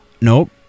nope